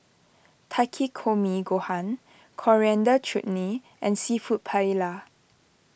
Takikomi Gohan Coriander Chutney and Seafood Paella